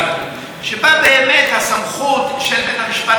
שבה באמת הסמכות של בית המשפט העליון